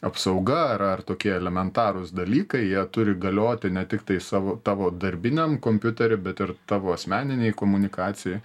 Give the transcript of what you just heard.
apsauga ar ar tokie elementarūs dalykai jie turi galioti ne tiktai savo tavo darbiniam kompiutery bet ir tavo asmeninėj komunikacijoj